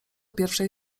pierwszej